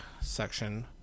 section